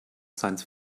science